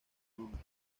nombre